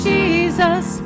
Jesus